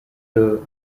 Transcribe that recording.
the